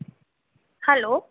hello